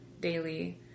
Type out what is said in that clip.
daily